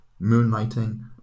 Moonlighting